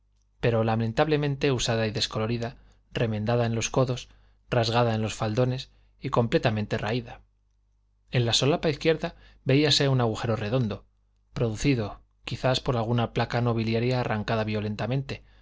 pero lamentablemente usada y descolorida remendada en los codos rasgada en los faldones y completamente raída en la solapa izquierda veíase un agujero redondo producido quizá por alguna placa nobiliaria arrancada violentamente